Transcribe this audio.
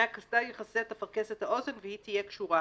הקסדה יכסה את אפרכסת האוזן והיא תהיה קשורה".